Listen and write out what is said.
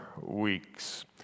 weeks